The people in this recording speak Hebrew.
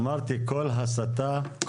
אמרתי, כל הסתה.